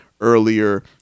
earlier